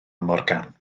morgan